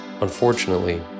Unfortunately